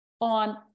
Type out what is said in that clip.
on